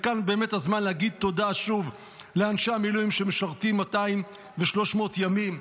וכאן באמת הזמן להגיד תודה שוב לאנשי המילואים שמשרתים 200 ו-300 ימים.